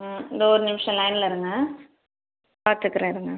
ம் இந்த ஒரு நிமிஷம் லைனில் இருங்கள் பார்த்துக்குறேன் இருங்கள்